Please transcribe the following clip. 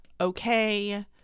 Okay